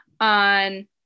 on